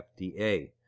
FDA